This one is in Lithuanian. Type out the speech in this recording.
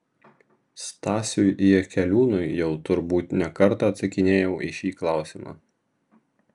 stasiui jakeliūnui jau turbūt ne kartą atsakinėjau į šį klausimą